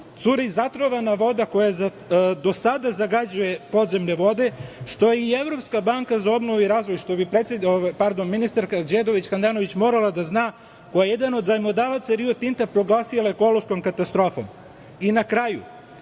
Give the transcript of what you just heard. curi zatrovana voda koja do sada zagađuje podzemne vode, što je i Evropska banka za obnovu i razvoj, što bi ministarka Đedović Handanović morala da zna, koja je jedan od zajmodavaca Rio Tinta proglasila ekološkom katastrofom? Na kraju,